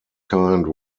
kind